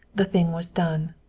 the thing was done.